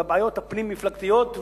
בבעיות הפנים מפלגתיות.